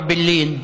או אעבלין,